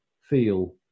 feel